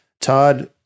Todd